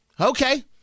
Okay